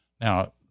Now